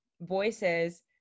voices